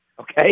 okay